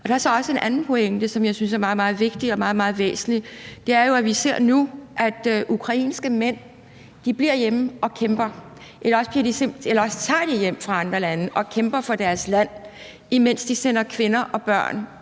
en anden pointe, som jeg synes er meget, meget vigtig og meget, meget væsentlig, og det er jo, at vi nu ser, at ukrainske mænd bliver hjemme og kæmper, eller også tager de hjem fra andre lande og kæmper for deres land, mens de, så vidt det